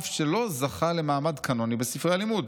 אף שלא זכה למעמד קנוני בספרי הלימוד,